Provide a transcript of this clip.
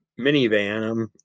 minivan